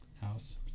house